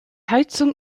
heizung